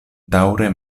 daŭre